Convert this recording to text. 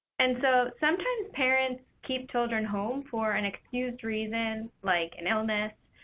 and so, sometimes parents keep children home for an excused reason, like an illness,